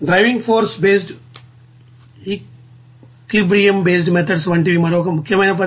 driving force based equilibrium based methods వంటి మరొక ముఖ్యమైన పద్ధతి